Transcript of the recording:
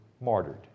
martyred